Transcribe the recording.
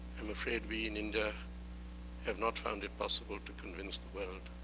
i'm afraid we in india have not found it possible to convince the world.